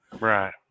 Right